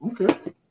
Okay